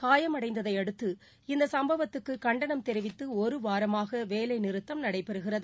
காயமடைந்ததை அடுத்து இந்த சம்பவத்துக்கு கண்டனம் தெரிவித்து ஒருவாரமாக வேலைநிறுத்தம் நடைபெறுகிறது